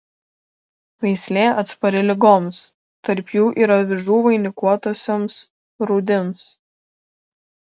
veislė atspari ligoms tarp jų ir avižų vainikuotosioms rūdims